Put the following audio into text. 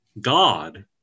God